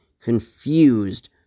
confused